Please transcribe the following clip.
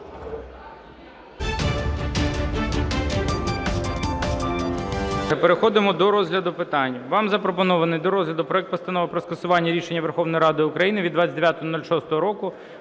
переходимо до розгляду питань. Вам запропонований до розгляду проект Постанови про скасування рішення Верховної Ради України від 29.06.2021